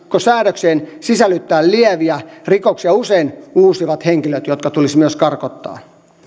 säädökseen sisällyttää lieviä rikoksia usein uusivat henkilöt jotka tulisi myös karkottaa